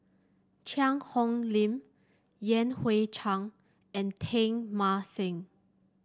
Cheang Hong Lim Yan Hui Chang and Teng Mah Seng